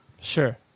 Sure